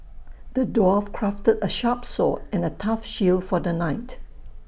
the dwarf crafted A sharp sword and A tough shield for the knight